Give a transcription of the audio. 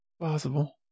possible